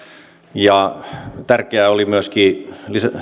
tärkeä oli myöskin